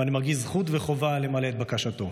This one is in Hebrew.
ואני מרגיש זכות וחובה למלא את בקשתו: